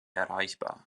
erreichbar